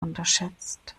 unterschätzt